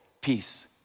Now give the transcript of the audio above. peace